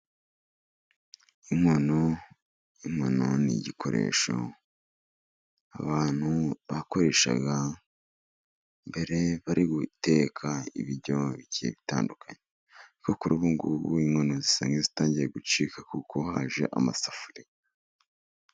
Inkono, inkono n'igikoresho abantu bakoreshaga mbere bari guteka ibiryo bigiye bitandukanye, kuko kuri ubu ngubu inkono zisanzwe zitangiye gucika, kuko haje amasafuriya.